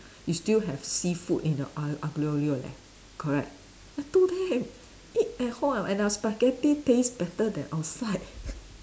you still have seafood in the a~ Aglio Olio leh correct I told them eat at home and our spaghetti taste better than outside